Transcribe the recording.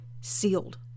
sealed